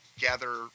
gather